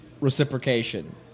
reciprocation